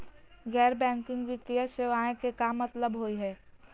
गैर बैंकिंग वित्तीय सेवाएं के का मतलब होई हे?